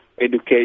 education